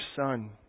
son